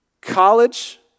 College